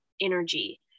energy